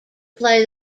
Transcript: play